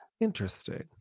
Interesting